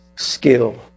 skill